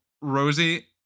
Rosie